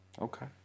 Okay